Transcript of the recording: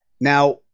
Now